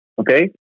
okay